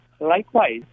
Likewise